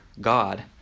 God